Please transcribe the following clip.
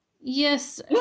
Yes